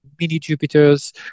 mini-Jupiters